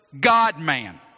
God-man